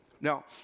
Now